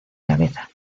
cabeza